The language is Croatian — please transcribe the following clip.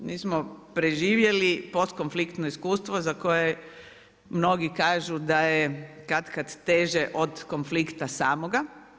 Mi smo preživjeli postkonfliktno iskustvo za koje mnogi kažu da je katkad teže od konflikta samoga.